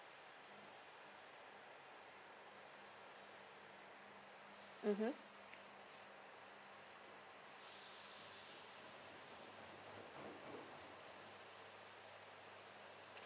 mmhmm